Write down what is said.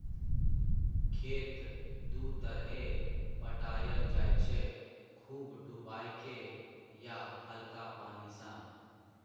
खेत दु तरहे पटाएल जाइ छै खुब डुबाए केँ या हल्का पानि सँ